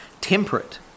temperate